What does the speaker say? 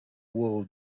will